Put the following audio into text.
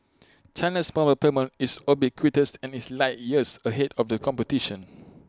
China's mobile payment is ubiquitous and is light years ahead of the competition